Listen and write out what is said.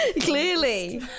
Clearly